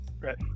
Right